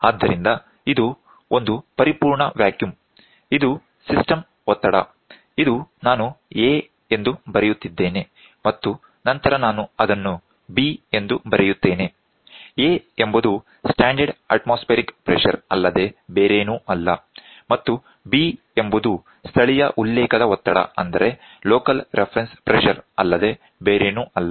ಆದ್ದರಿಂದ ಇದು ಒಂದು ಪರಿಪೂರ್ಣ ವ್ಯಾಕ್ಯೂಮ್ ಇದು ಸಿಸ್ಟಂ ಒತ್ತಡ ಇದು ನಾನು A ಎಂದು ಬರೆಯುತ್ತಿದ್ದೇನೆ ಮತ್ತು ನಂತರ ನಾನು ಅದನ್ನು B ಎಂದು ಬರೆಯುತ್ತೇನೆ A ಎಂಬುದು ಸ್ಟ್ಯಾಂಡರ್ಡ್ ಅತ್ಮೋಸ್ಫೇರಿಕ್ ಪ್ರೆಷರ್ ಅಲ್ಲದೆ ಬೇರೇನೂ ಅಲ್ಲ ಮತ್ತು B ಎಂಬುದು ಸ್ಥಳೀಯ ಉಲ್ಲೇಖದ ಒತ್ತಡವಲ್ಲದೆ ಬೇರೇನೂ ಅಲ್ಲ